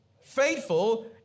faithful